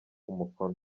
umukono